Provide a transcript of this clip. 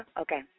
Okay